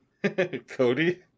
Cody